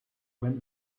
went